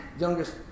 youngest